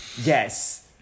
Yes